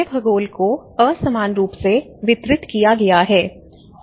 पूरे भूगोल को असमान रूप से वितरित किया गया है